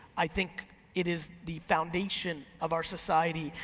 i think it is the foundation of our society.